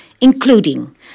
including